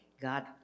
God